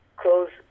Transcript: close